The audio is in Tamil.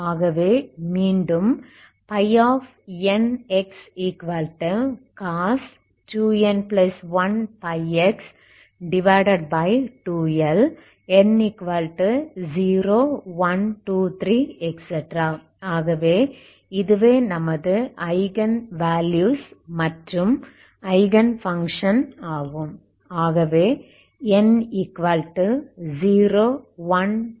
ஆகவே மீண்டும் nxcos 2n1πx2L n0123ஆகவே இதுவே நமது ஐகன் வேல்யூஸ் மற்றும் ஐகன் பங்க்ஷன் ஆகும்